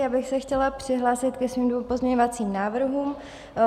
Já bych se chtěla přihlásit ke svým dvěma pozměňovacím návrhům.